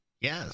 Yes